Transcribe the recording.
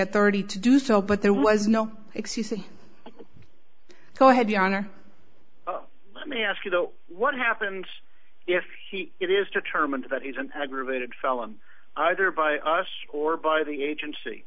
authority to do so but there was no excuse and so i had the honor let me ask you though what happens if it is determined that he is an aggravated felony either by us or by the agency